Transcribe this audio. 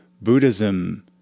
Buddhism